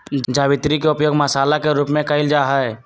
जावित्री के उपयोग मसाला के रूप में कइल जाहई